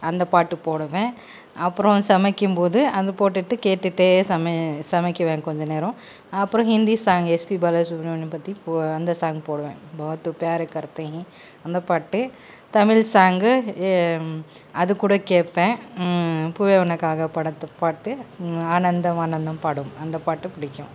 அந்த பாட்டு போடுவேன் அப்புறம் சமைக்கும் போது அங்கே போட்டுட்டு கேட்டுகிட்டே சம சமைக்குவேன் கொஞ்ச நேரம் அப்புறம் ஹிந்தி சாங் எஸ்பி பாலசுப்ரமணியம் பற்றி அந்த சாங் போடுவேன் பார்த்து பாரேன் கர்த்தெஹி அந்த பாட்டு தமிழ் சாங்கு அது கூட கேப்பேன் பூவே உனக்காக படத்து பாட்டு ஆனந்தம் ஆனந்தம் பாடும் அந்த பாட்டு பிடிக்கும்